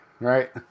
right